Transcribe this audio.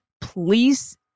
please